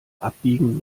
abbiegen